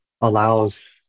allows